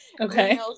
Okay